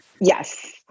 Yes